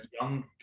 young